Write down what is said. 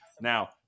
Now